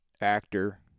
actor